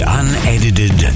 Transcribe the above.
unedited